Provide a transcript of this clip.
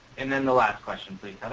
and then the last question please